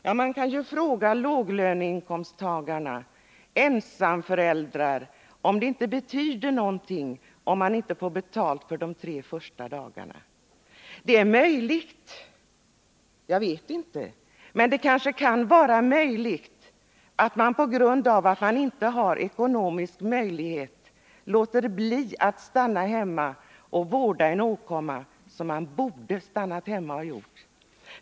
Ja, man kan fråga låginkomsttagare och ensamföräldrar om det inte betyder någonting att de inte får betalt för de tre första dagarna. Det är möjligt att man av ekonomiska skäl låter bli att stanna hemma för att vårda en åkomma, som man borde ha stannat hemma och vårdat.